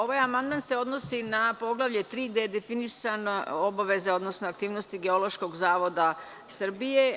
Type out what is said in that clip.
Ovaj amandman se odnosi na poglavlje 3. gde je definisana obaveza odnosno aktivnosti Geološkog zavoda Srbije.